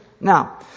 Now